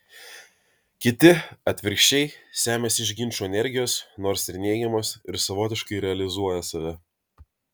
kiti atvirkščiai semiasi iš ginčų energijos nors ir neigiamos ir savotiškai realizuoja save